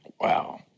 Wow